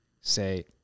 say